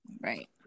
right